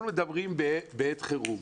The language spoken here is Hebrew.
אנחנו מדברים על עת חירום,